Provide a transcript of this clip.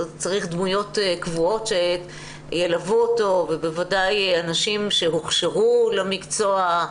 הוא צריך דמויות קבועות שילוו אותו ובוודאי אנשים שהוכשרו למקצוע,